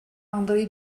andré